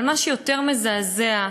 אבל מה שיותר מזעזע,